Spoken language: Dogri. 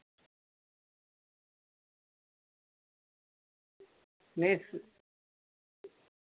बस